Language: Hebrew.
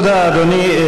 תודה, אדוני.